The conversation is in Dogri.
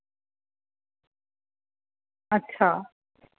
अच्छा